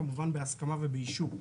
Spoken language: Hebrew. כמובן בהסכמה ובאישור.